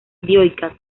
dioica